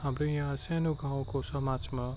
हाम्रो यहाँ सानो गाउँको समाजमा